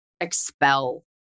expel